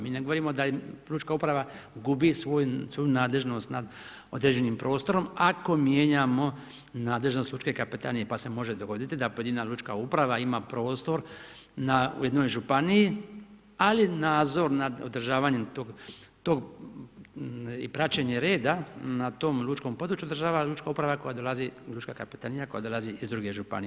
Mi ne govorimo da je lučka uprava gubi svoju nadležnost nad određenim prostorom, ako mijenjamo nadležnost lučke kapetanije, pa se može dogoditi da pojedina lučka uprava ima prostor u jednoj županiji, ali nadzor nad održavanje tog i praćenje reda na tom lučkom području država lučka uprava, koja dolazi, lučka kapetanija koja dolazi iz druge županije.